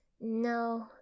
No